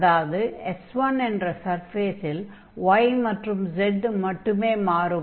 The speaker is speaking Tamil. அதாவது S1 என்ற சர்ஃபேஸில் y மற்றும் z மட்டுமே மாறுபடும்